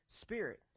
spirit